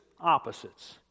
opposites